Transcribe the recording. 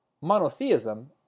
Monotheism